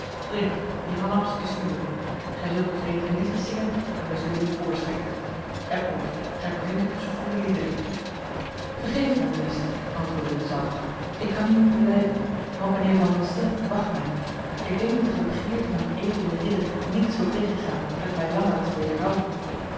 drink die hanaps is uwe gij zult ons enige liedjes zingen en wij zullen u voorschenken heb moed gij bevindt u tussen goede lieden vergeef het mij meester antwoordde de zanger ik kan hier niet blijven want mijnheer van loncin wacht mij ik denk dat gij de begeerte van die edele ridder niet zult tegengaan met mij langer te